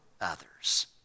others